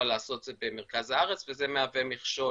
לעשות את זה במרכז הארץ וזה מהווה מכשול